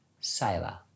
sailor